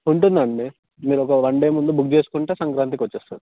ఉంటుంది అండి మీరు ఒక వన్ డే ముందు బుక్ చేసుకుంటే సంక్రాంతికి వచ్చేస్తుంది